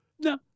No